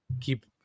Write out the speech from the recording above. keep